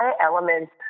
elements